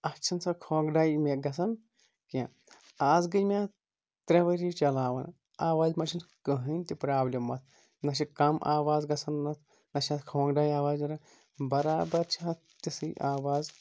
اَتھ چھنہٕ سۄ کھونٛڈے مےٚ گژھان کیٚںہہ آز گٔیے مےٚ ترٛےٚ ؤری چلاوان آوزا منٛز چھنہٕ کٕہینۍ تہِ پرابلِم اَتھ نہ چھِ کَم آواز گژھان نہ چھِ اتھ کھونٛڈے آواز برابر چھِ اَتھ تِژھٕے آواز